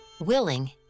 willing